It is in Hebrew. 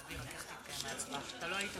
אבל נכנסתי,